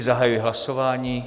Zahajuji hlasování.